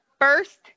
First